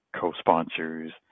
co-sponsors